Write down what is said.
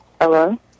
Hello